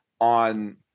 on